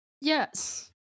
Yes